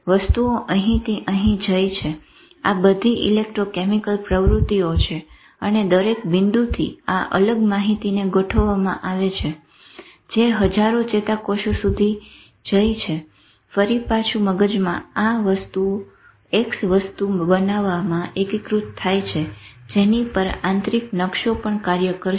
વસ્તુઓ અહી થી અહી જઈ છે આ બધી ઇલેક્ટ્રોકેમિકલ પ્રવૃતિઓ છે અને દરેક બિંદુથી આ અલગ માહિતીને ગોઠવવામાં આવે છે જે હજારો ચેતાકોષો સુધી જઈ છે ફરી પાછું મગજમાં આ વસ્તુઓ X વસ્તુ બનાવવા એકીકૃત થાય છે જેની પર આંતરિક નકશો પણ કાર્ય કરશે